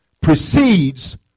precedes